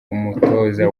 umutoza